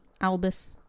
Albus